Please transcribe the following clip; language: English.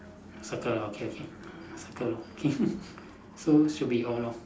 circle okay okay circle so should be all lor